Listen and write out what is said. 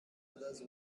others